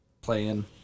playing